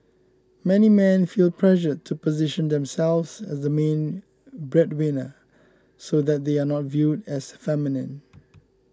many men feel pressured to position themselves as the main breadwinner so that they are not viewed as feminine